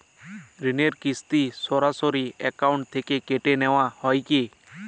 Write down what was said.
ঋণের কিস্তি সরাসরি অ্যাকাউন্ট থেকে কেটে নেওয়া হয় কি?